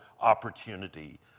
opportunity